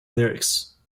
lyrics